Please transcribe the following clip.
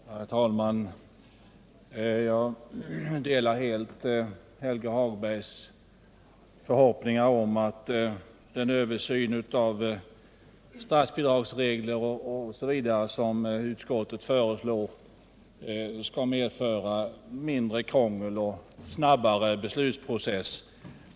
Herr talman! Jag delar helt Helge Hagbergs förhoppningar om att den översyn av statsbidragsregler osv. som utskottet föreslår skall medföra mindre krångel och en snabbare beslutsprocess.